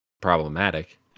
problematic